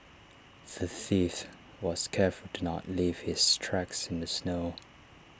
the thief was careful to not leave his tracks in the snow